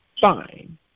fine